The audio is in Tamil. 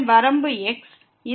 x